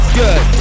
good